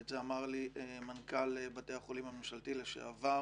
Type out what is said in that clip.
ואת זה אמר לי מנכ"ל בתי החולים הממשלתיים לשעבר,